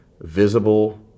visible